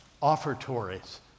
offertories